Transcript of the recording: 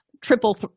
triple